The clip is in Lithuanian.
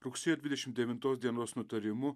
rugsėjo dvidešimt devintos dienos nutarimu